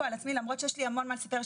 על עצמי למרות שיש לי המון מה לספר,